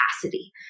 capacity